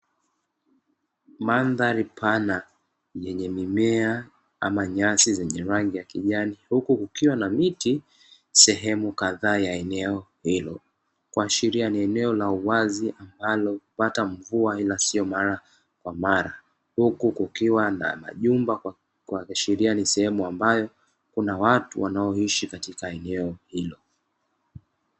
Mandhari pana, yenye mimea ama nyasi za rangi ya kijani, huku kukiwa na miti sehemu kadhaa la eneo hilo, kuashiria ni eneo la uwazi ambalo hata mvua, ila sio mara kwa mara; huku kukiwa na majumba makubwa kuashiria ni sehemu ambayo kuna watu wanaoishi katika eneo hilo.